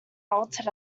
bolted